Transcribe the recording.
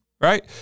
right